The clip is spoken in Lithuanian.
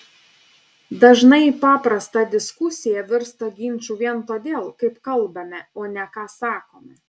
dažnai paprasta diskusija virsta ginču vien todėl kaip kalbame o ne ką sakome